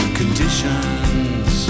conditions